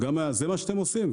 זה מה שאתם עושים.